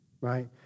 right